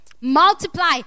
multiply